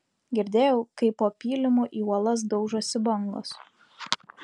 girdėjau kaip po pylimu į uolas daužosi bangos